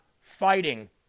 fighting